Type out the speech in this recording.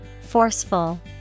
Forceful